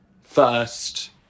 first